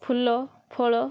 ଫୁଲ ଫଳ